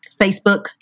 Facebook